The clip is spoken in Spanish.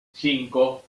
cinco